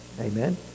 amen